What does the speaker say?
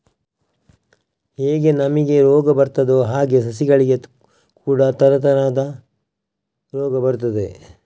ಹೇಗೆ ನಮಿಗೆ ರೋಗ ಬರ್ತದೋ ಹಾಗೇ ಸಸಿಗಳಿಗೆ ಕೂಡಾ ತರತರದ ರೋಗ ಬರ್ತದೆ